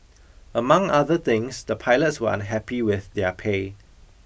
among other things the pilots were unhappy with their pay